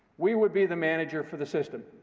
we would be the manager for the system,